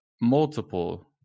multiple